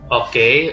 okay